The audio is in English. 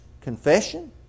confession